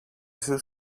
σου